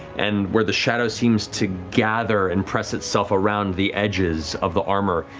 and where the shadow seems to gather and press itself around the edges of the armor,